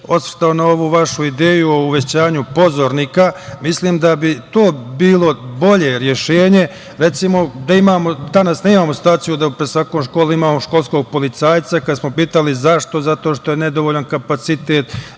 osvrtao na ovu vašu ideju o uvećanju pozornika. Mislim da bi to bilo bolje rešenje. Recimo, danas nemamo situaciju da pred svakom školom imamo školskog policajca, a kad smo pitali – zašto, zato što je nedovoljan kapacitet